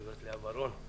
גברת לאה ורון,